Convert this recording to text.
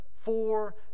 four